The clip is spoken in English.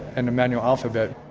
and a manual alphabet.